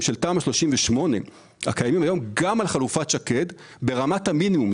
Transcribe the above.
של תמ"א 38 גם על חלופת שקד וברמת המינימום.